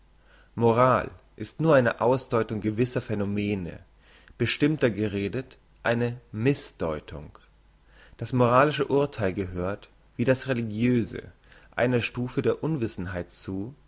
moral ist nur eine ausdeutung gewisser phänomene bestimmter geredet eine missdeutung das moralische urtheil gehört wie das religiöse einer stufe der unwissenheit zu